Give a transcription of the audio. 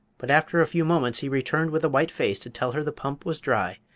but after a few moments he returned with a white face to tell her the pump was dry,